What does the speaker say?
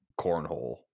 cornhole